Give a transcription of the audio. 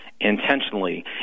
intentionally